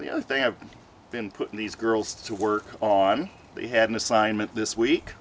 other thing i've been putting these girls to work on they had an assignment this week